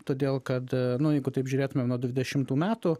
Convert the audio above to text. todėl kad nu jeigu taip žiūrėtumėm nuo dvidešimtų metų